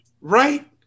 Right